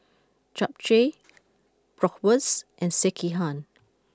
Japchae Bratwurst and Sekihan